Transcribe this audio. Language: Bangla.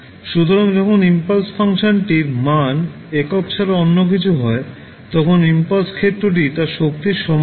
সুতরাং যখন ইম্পালস ফাংশনটির মান একক ছাড়া অন্য কিছু হয় তখন ইম্পালস ক্ষেত্রটি তার শক্তির সমান হয়